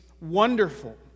wonderful